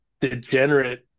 degenerate